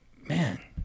man